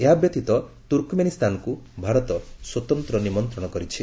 ଏହାବ୍ୟତୀତ ତୁର୍କମେନୀଷ୍ଠାନକୁ ଭାରତ ସ୍ୱତନ୍ତ୍ର ନିମନ୍ତ୍ରଣ କରିଛି